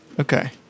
Okay